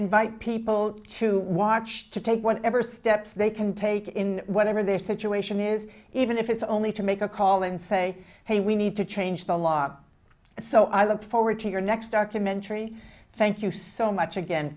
invite people to watch to take whatever steps they can take in whatever their situation is even if it's only to make a call and say hey we need to change the law so i look forward to your next documentary thank you so much again